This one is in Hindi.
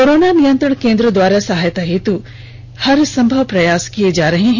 कोरोना नियंत्रण केंद्र द्वारा सहायता हेतु हर संभव प्रयास किये जा रहे हैं